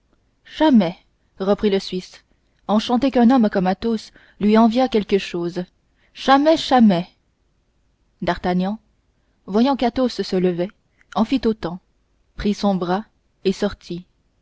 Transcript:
chamais reprit le suisse enchanté qu'un homme comme athos lui enviât quelque chose chamais chamais d'artagnan voyant qu'athos se levait en fit autant prit son bras et sortit